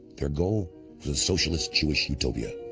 their goal? for the socialist jewish utopia.